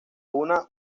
una